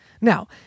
Now